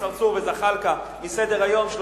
אברהים צרצור וג'מאל זחאלקה בסדר-היום של